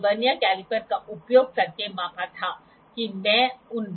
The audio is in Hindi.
यदि साइन बार की लंबाई 100 मिलीमीटर है और एंगल 14 डिग्री है तो इसे विकसित किया जाना चाहिए